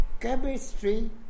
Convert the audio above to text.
chemistry